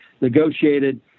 negotiated